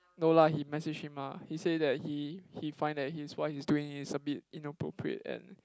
no lah he message him ah he say that he he find that his wife is doing is a bit inappropriate and